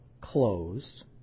closed